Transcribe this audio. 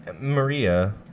Maria